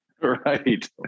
right